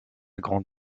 grande